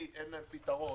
כי אין להם פתרון,